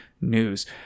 news